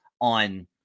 on